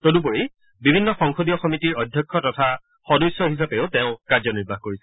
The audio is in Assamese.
তদুপৰি বিভিন্ন সংসদীয় সমিতিৰ অধ্যক্ষ তথা সদস্য হিচাপেও তেওঁ কাৰ্যনিৰ্বাহ কৰিছিল